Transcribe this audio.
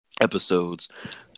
episodes